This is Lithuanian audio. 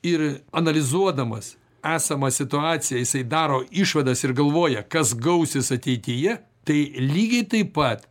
ir analizuodamas esamą situaciją jisai daro išvadas ir galvoja kas gausis ateityje tai lygiai taip pat